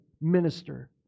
minister